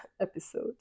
episode